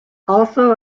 also